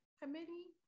committee